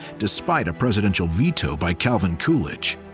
despite a presidential veto by calvin coolidge.